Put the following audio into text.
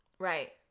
Right